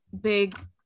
big